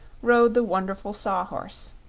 rode the wonderful saw-horse.